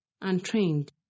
untrained